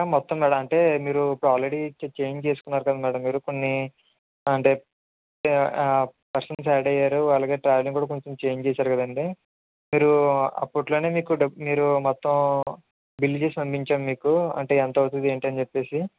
మొత్తం మీద అంటే మీరు ఇప్పుడు ఆల్రెడీ చేంజ్ చేసుకున్నారు కదా మేడం కొన్ని అంటే పర్సన్ యాడ్ అయ్యారు అలాగే ట్రావెలింగ్ కూడా కొంచెం చేంజ్ చేశారు కదా అండి మీరు అప్పట్లోనే మీకు డబ్బు మీరు మొత్తం బిల్ చేసి పంపించాను మీకు అంటే ఎంత అవుతుంది ఏంటి అని చెప్పేసి